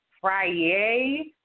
Friday